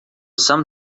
some